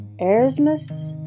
Erasmus